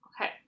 Okay